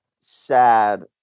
sad